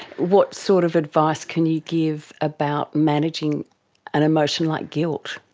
what sort of advice can you give about managing an emotion like guilt?